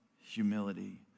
humility